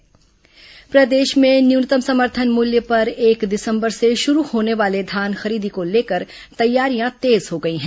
धान खरीदी तैयारी प्रदर्शन प्रदेश में न्यूनतम समर्थन मूल्य पर एक दिसंबर से शुरू होने वाले धान खरीदी को लेकर तैयारियां तेज हो गई हैं